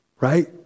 Right